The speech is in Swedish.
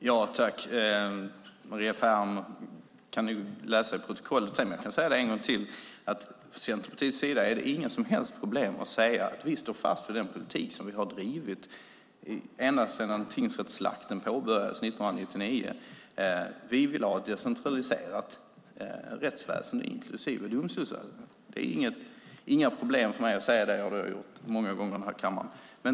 Fru talman! Maria Ferm kan nog läsa i protokollet sedan, men jag kan säga det en gång till: Från Centerpartiets sida har vi inga som helst problem att säga att vi står fast vid den politik vi har drivit ända sedan tingsrättsslakten påbörjades 1999. Vi vill ha ett decentraliserat rättsväsen, inklusive Domstolsverket. Det är inga problem för mig att säga det; det har jag gjort många gånger i denna kammare.